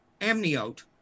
amniote